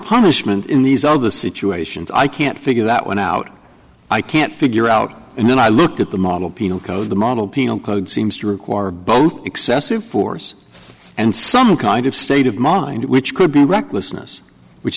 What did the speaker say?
punishment in these are the situations i can't figure that one out i can't figure out and then i looked at the model penal code the model penal code seems to require both excessive force and some kind of state of mind which could be recklessness which